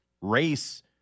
race